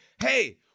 hey